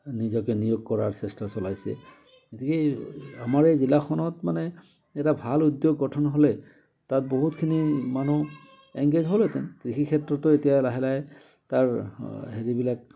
নিজকে নিয়োগ কৰাৰ চেষ্টা চলাইছে গতিকে এই আমাৰ এই জিলাখনত মানে এটা ভাল উদ্য়োগ গঠন হ'লে তাত বহুতখিনি মানুহ এংগেজ হ'লহেঁতেন কৃষি ক্ষেত্ৰতো এতিয়া লাহে লাহে তাৰ হেৰিবিলাক